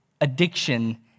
addiction